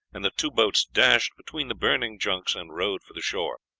and the two boats dashed between the burning junks and rowed for the shore.